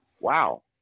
Wow